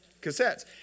Cassettes